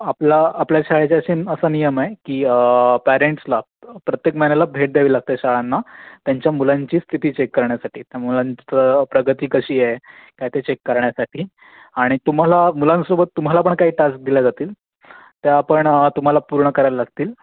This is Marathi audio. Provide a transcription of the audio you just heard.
आपला आपल्या शाळेचा असे असा नियम आहे की पेरेंट्सला प्रत्येक महिन्याला भेट द्यावी लागते शाळांना त्यांच्या मुलांची स्थिती चेक करण्यासाठी त्या मुलांचं प्रगती कशी आहे काय ते चेक करण्यासाठी आणि तुम्हाला मुलांसोबत तुम्हाला पण काही टास्क दिल्या जातील त्या पण तुम्हाला पूर्ण करायला लागतील